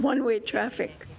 one way traffic